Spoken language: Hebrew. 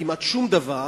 כמעט שום דבר